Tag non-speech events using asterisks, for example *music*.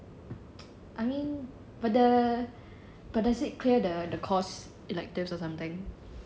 *noise* I mean but the but does it clear the the course in like test or something